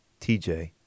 TJ